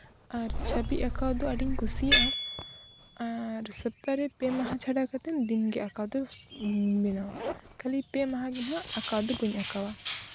ᱟᱨ ᱪᱷᱚᱵᱤ ᱟᱸᱠᱟᱣ ᱫᱚ ᱟᱹᱰᱤᱧ ᱠᱩᱥᱤᱭᱟᱜᱼᱟ ᱟᱨ ᱥᱚᱯᱛᱟ ᱨᱮ ᱯᱮ ᱢᱟᱦᱟ ᱪᱷᱰᱟᱣ ᱠᱟᱛᱮᱫ ᱫᱤᱱᱜᱮ ᱟᱸᱠᱟᱣ ᱫᱚ ᱵᱮᱱᱟᱣᱟ ᱠᱷᱟᱹᱞᱤ ᱯᱮ ᱢᱟᱦᱟ ᱜᱮ ᱱᱟᱦᱟᱸᱜ ᱟᱸᱠᱟᱣ ᱫᱚ ᱵᱟᱹᱧ ᱟᱸᱠᱟᱣᱟ